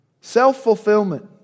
self-fulfillment